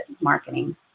marketing